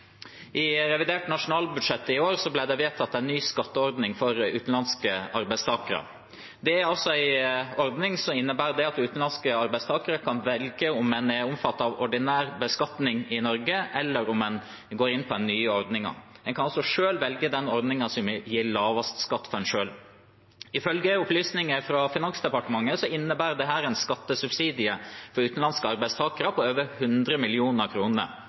I revidert nasjonalbudsjett i år ble det vedtatt en ny skatteordning for utenlandske arbeidstakere. Det er en ordning som innebærer at utenlandske arbeidstakere kan velge om en skal omfattes av ordinær beskatning i Norge, eller om en går inn på den nye ordningen. En kan altså selv velge den ordningen som gir lavest skatt for en selv. Ifølge opplysninger fra Finansdepartementet innebærer dette en skattesubsidie for utenlandske arbeidstakere på over 100